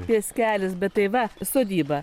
pieskelis bet tai va sodyba